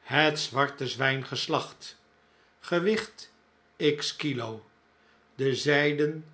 het zwarte zwijn geslacht gewicht x kilo de zijden